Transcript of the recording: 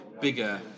bigger